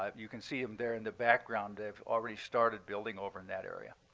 um you can see them there in the background. they've already started building over in that area.